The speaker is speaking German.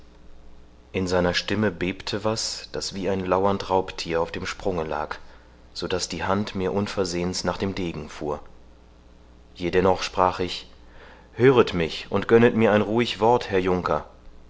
in seiner stimme bebte was das wie ein lauernd raubthier auf dem sprunge lag so daß die hand mir unversehens nach dem degen fuhr jedennoch sprach ich hörer mich und gönnet mir ein ruhig wort herr junker